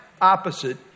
opposite